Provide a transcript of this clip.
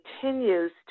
continues